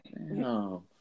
no